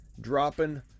dropping